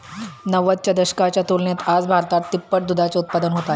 नव्वदच्या दशकाच्या तुलनेत आज भारतात तिप्पट दुधाचे उत्पादन होत आहे